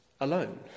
alone